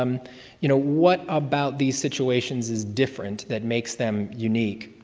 um you know, what about these situations is different that makes them unique?